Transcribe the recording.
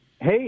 Hey